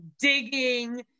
digging